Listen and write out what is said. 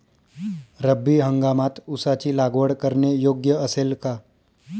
रब्बी हंगामात ऊसाची लागवड करणे योग्य असेल का?